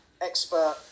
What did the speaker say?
expert